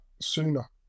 sooner